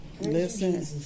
listen